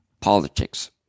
politics